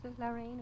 Lorraine